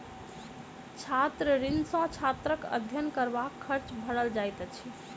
छात्र ऋण सॅ छात्रक अध्ययन करबाक खर्च भरल जाइत अछि